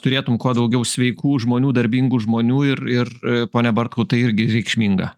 turėtum kuo daugiau sveikų žmonių darbingų žmonių ir ir pone bartkau tai irgi reikšminga